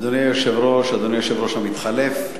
אדוני היושב-ראש, אדוני היושב-ראש המתחלף,